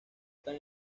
están